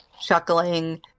chuckling